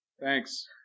Thanks